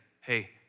hey